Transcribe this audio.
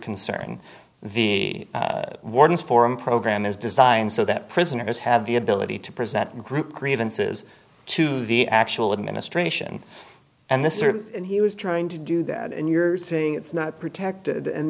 concerned the wardens forum program is designed so that prisoners have the ability to present group grievances to the actual administration and the service and he was trying to do that and you're saying it's not protected and